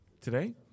Today